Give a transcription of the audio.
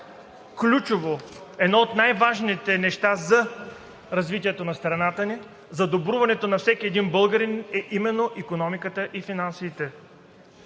ключово, едно от най-важните неща за развитието на страната ни, за добруването на всеки един българин са именно икономиката и финансите.